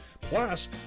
plus